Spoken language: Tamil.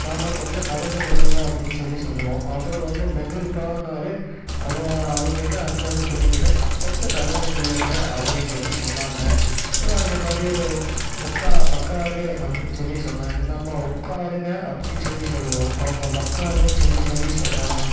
நாம் கொஞ்சம் நகர்ந்து நில்லுங்க அப்படின்னு சொல்லி சொல்லுவோம் அவர் வந்து நகருப்பான்னாரு அது அதுக்கென்ன அர்த்தம்னு சொல்லி கேட்டேன் கொஞ்சம் நகர்ந்து நில்லுங்க அப்படின்னு சொல்லி சொன்னாங்க அதே மாதிரி உக்கா உக்காரு அப்படின்னு சொல்லி சொன்னாங்க நம்ம உட்காருங்க அப்படின்னு சொல்லி சொல்லுவோம் அவங்க உட்காருன்னு சொல்லி சொல்லி சொன்னாங்க